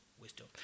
wisdom